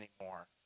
anymore